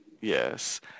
Yes